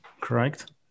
correct